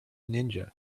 ninja